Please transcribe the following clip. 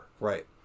Right